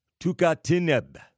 Tukatineb